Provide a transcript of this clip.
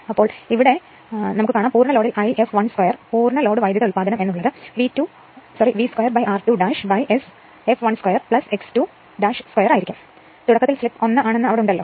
അതുപോലെ തന്നെ ഇവിടെ ഇത് തുടക്കത്തിൽ ആണ് അതുപോലെ മുഴുവൻ ലോഡിൽ I fl 2 മുഴുവൻ ലോഡ് വൈദ്യുതഉല്പാദനം എന്ന് ഉള്ളത് V 2r2Sfl 2 x 2 2 ആയിരിക്കും എന്തുകൊണ്ടെന്നാൽ തുടക്കത്തിൽ സ്ലിപ് 1 ആണെന്ന് ഇവിടെ ഉണ്ടലോ